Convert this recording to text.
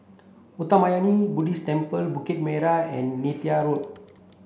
Uttamayanmuni Buddhist Temple Bukit Way and Neythal Road